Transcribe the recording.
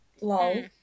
lol